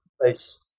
place